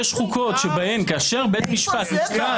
יש חוקות בהן כאשר בית משפט --- נראה